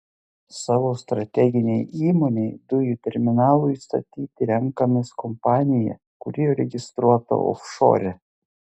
savo strateginei įmonei dujų terminalui statyti renkamės kompaniją kuri registruota ofšore